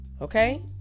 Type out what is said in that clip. Okay